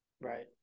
right